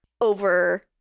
over